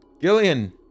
Gillian